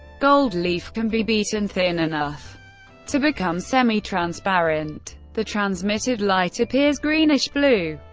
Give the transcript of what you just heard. gold leaf can be beaten thin enough to become semi-transparent. the transmitted light appears greenish blue,